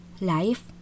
life